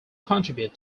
contribute